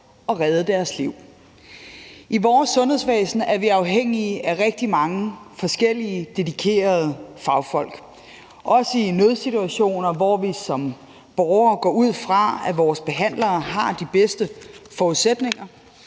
og redde deres liv. I vores sundhedsvæsen er vi afhængige af rigtig mange forskellige dedikerede fagfolk, også i nødsituationer, hvor vi som borgere går ud fra, at vores behandlere har de bedste forudsætninger.